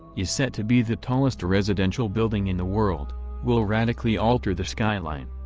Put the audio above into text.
is set to be the tallest residential building in the world will radically alter the skyline.